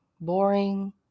boring